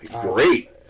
great